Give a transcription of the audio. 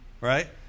Right